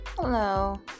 Hello